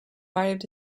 might